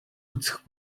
үзэх